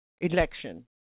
election